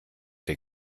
der